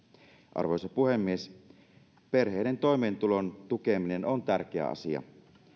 arvoisa puhemies perheiden toimeentulon tukeminen on tärkeä asia